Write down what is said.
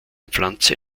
pflanze